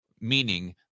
Meaning